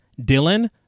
Dylan